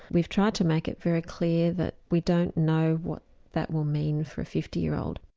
we've tried to make it very clear that we don't know what that will mean for a fifty year old.